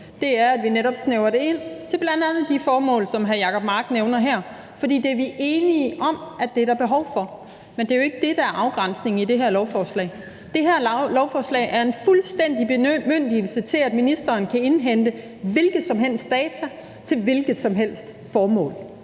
Det er, at vi netop snævrer det ind til bl.a. de formål, som hr. Jacob Mark nævner her, for det er vi enige om at der er behov for. Men det er jo ikke det, der er afgrænsningen i det her lovforslag. Det her lovforslag er en fuldstændig bemyndigelse til, at ministeren kan indhente hvilke som helst data til hvilket som helst formål.